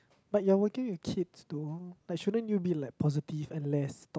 but you are working with kids though but shouldn't you be like positive and less